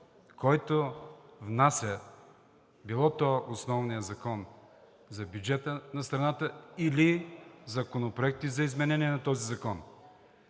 който внася основния закон за бюджета на страната или законопроекти за изменение на този закон.